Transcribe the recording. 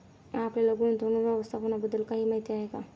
आपल्याला गुंतवणूक व्यवस्थापनाबद्दल काही माहिती आहे का?